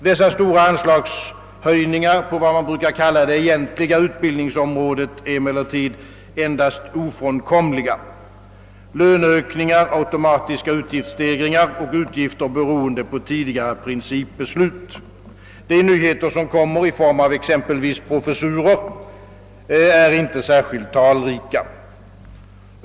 Dessa stora anslagshöjningar på vad man brukar kalla det egentliga utbildningsområdet är emellertid endast ofrånkomliga sådana i löneökningar, automatiska utgiftsstegringar och utgifter beroende på tidigare principbeslut. De nyheter som kommer i form av exempelvis professurer är inte särskilt talrika.